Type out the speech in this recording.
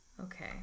okay